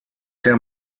der